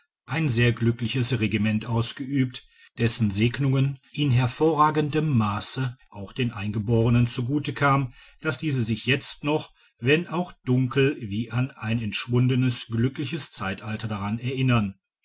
ein sehr glückliches regiment ausgeübt dessen segnungen in hervorragendem masse auch den eingeborenen zu gute kam dass diese sich jetzt noch wenn auch dunkel wie an ein entschwundenes glückliches zeitalter daran erinnern